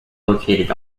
located